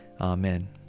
Amen